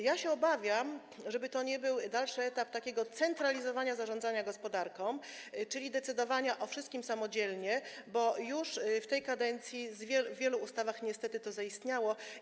Ja się obawiam, że to będzie dalszy etap takiego centralizowania zarządzania gospodarką, czyli decydowania o wszystkim samodzielnie, bo już w tej kadencji w wielu ustawach niestety to zaistniało.